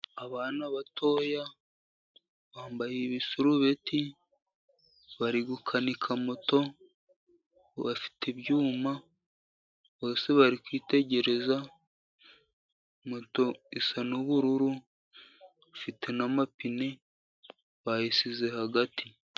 Abana batoya bambaye ibisarubeti, bari gukanika moto, bafite ibyuma, bose bari kwitegereza, moto isa n'ubururu, bafite n'amapine, bayishyize hagati.